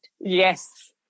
Yes